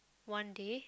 one day